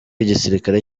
igisirikare